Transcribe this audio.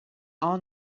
all